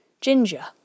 ginger